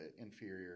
inferior